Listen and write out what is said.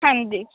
ਹਾਂਜੀ